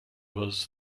was